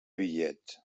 bitllet